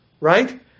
right